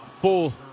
full